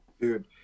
Dude